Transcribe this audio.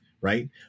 right